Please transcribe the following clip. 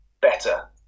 better